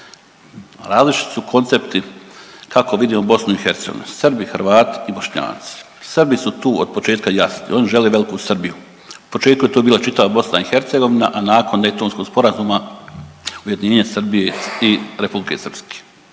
Različiti su koncepti kako vidimo BiH Srbi, Hrvati i Bošnjaci. Srbi su to od početka jasni oni žele veliku Srbiju. U početku je to bila čitava BiH, a nakon Daytonskog sporazuma ujedinjenje Srbije i Republike Srpske.